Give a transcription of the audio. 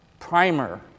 primer